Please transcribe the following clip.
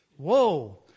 Whoa